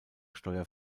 steuer